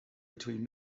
between